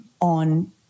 on